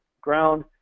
ground